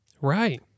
Right